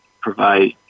provide